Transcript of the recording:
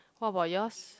what about yours